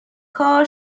کار